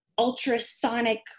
ultrasonic